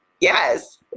Yes